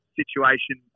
situation